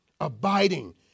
Abiding